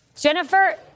Jennifer